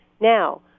Now